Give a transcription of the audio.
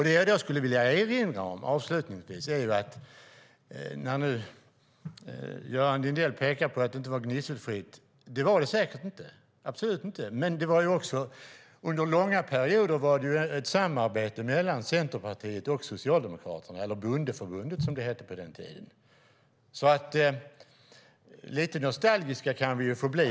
Det jag skulle vilja erinra om avslutningsvis, när nu Göran Lindell pekar på att det inte var gnisselfritt, vilket det absolut inte var, är att det under långa perioder fanns ett samarbete mellan Socialdemokraterna och Centerpartiet, eller Bondeförbundet, som det hette på den tiden. Lite nostalgiska kan vi få bli.